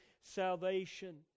salvation